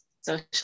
social